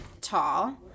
Tall